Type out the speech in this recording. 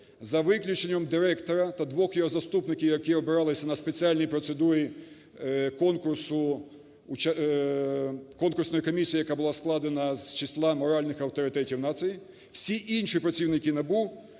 за виключенням директора та двох його заступників, які обиралися на спеціальній процедурі конкурсної комісії, яка була складена з числа моральних авторитетів нації, всі інші працівники НАБУ